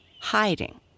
hiding